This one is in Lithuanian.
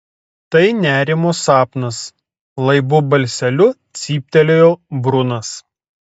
tai nerimo sapnas laibu balseliu cyptelėjo brunas